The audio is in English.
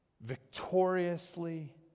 victoriously